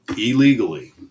illegally